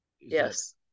Yes